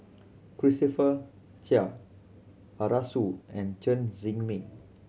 Christopher Chia Arasu and Chen Zhiming